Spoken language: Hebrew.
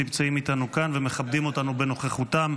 שנמצאים איתנו כאן ומכבדים אותנו בנוכחותם.